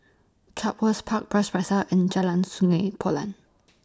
Chatsworth Park Bras Basah and Jalan Sungei Poyan